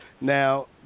Now